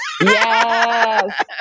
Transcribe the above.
Yes